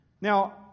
Now